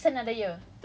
you have to wait